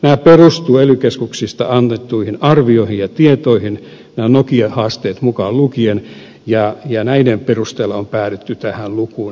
nämä perustuvat ely keskuksista annettuihin arvioihin ja tietoihin nämä nokia haasteet mukaan lukien ja näiden perusteella on päädytty tähän lukuun